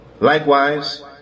Likewise